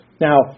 Now